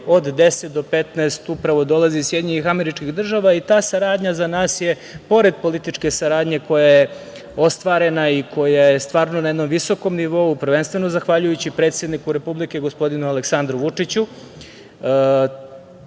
od 10-15 upravo dolazi iz SAD i ta saradnja za nas je, pored političke saradnje koja je ostvarena i koja je stvarno na jednom visokom nivou, prvenstveno zahvaljujući predsedniku Republike gospodinu Aleksandru Vučiću,